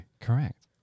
Correct